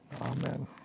Amen